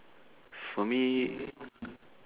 for me